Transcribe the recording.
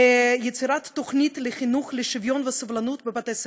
ליצירת תוכנית לחינוך לשוויון ולסובלנות בבתי-ספר.